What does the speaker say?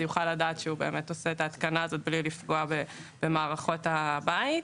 יוכלו לדעת שההתקנה הזאת נעשית בלי לפגוע במערכות הבית.